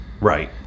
Right